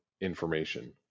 information